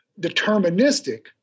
deterministic